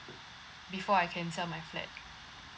before I can sell my flat